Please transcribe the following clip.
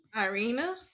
Irina